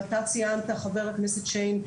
אתה ציינת חבר הכנסת שיין,